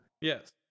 Yes